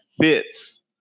fits